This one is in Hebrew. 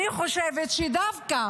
אני חושבת שדווקא